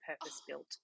purpose-built